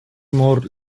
more